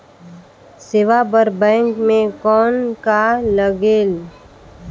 सेवा बर बैंक मे कौन का लगेल?